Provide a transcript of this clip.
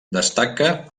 destaca